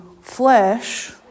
flesh